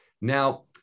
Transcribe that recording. Now